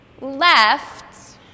left